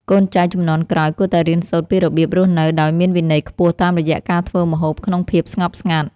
កូនចៅជំនាន់ក្រោយគួរតែរៀនសូត្រពីរបៀបរស់នៅដោយមានវិន័យខ្ពស់តាមរយៈការធ្វើម្ហូបក្នុងភាពស្ងប់ស្ងាត់។